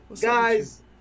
Guys